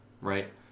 right